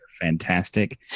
fantastic